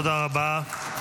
תודה רבה.